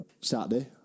Saturday